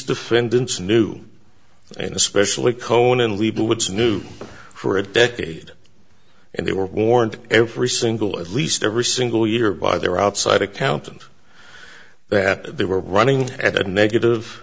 defendants knew and especially cohen and liebowitz knew for a decade and they were warned every single at least every single year by their outside accountant that they were running at a negative